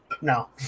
No